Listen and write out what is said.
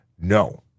No